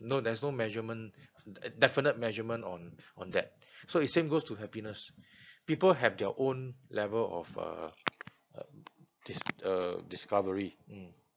no there's no measurement at definite measurement on on that so it's same goes to happiness people have their own level of uh this uh discovery mm